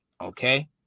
Okay